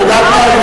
את יודעת מה?